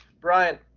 Brian